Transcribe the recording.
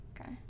okay